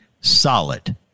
solid